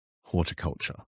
horticulture